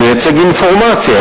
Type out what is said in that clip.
הוא מציג אינפורמציה,